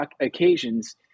occasions